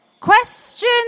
Question